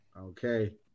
Okay